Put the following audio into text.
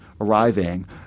arriving